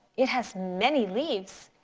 it has many leaves.